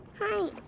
Hi